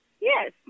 Yes